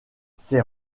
ses